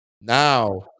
Now